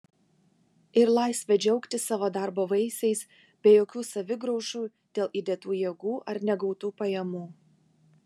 ir laisvę džiaugtis savo darbo vaisiais be jokių savigraužų dėl įdėtų jėgų ar negautų pajamų